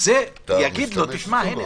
זה יגיד לו: תשמע,